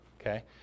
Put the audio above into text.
Okay